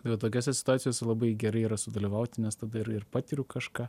ir va tokiose situacijose labai gerai yra sudalyvauti nes tada ir ir patiriu kažką